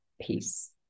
peace